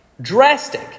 Drastic